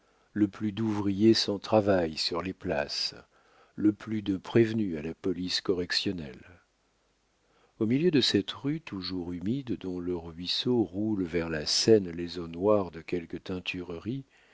le plus d'ouvriers sans travail sur les places le plus de prévenus à la police correctionnelle au milieu de cette rue toujours humide et dont le ruisseau roule vers la seine les eaux noires de quelques teintureries